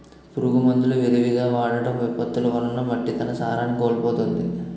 పురుగు మందులు విరివిగా వాడటం, విపత్తులు వలన మట్టి తన సారాన్ని కోల్పోతుంది